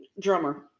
Drummer